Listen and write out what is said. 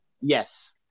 Yes